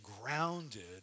grounded